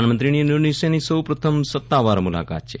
પ્રધાનમંત્રીની ઇન્ડોનેશિયાની સૌપ્રથમ સત્તાવાર મુલાકાત છે